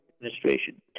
administration